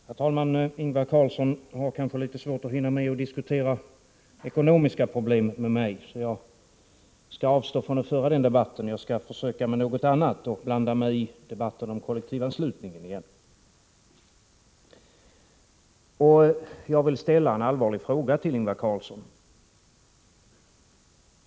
Herr talman! Ingvar Carlsson kanske har svårt att hinna med att diskutera ekonomiska problem med mig, så jag skall avstå från att föra den debatten. Jag skall försöka med något annat, och blanda mig i debatten om kollektivanslutningen igen. Jag vill ställa en allvarlig fråga till Ingvar Carlsson.